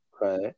Right